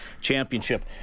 Championship